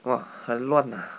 !wah! 很乱啊